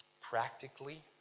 Practically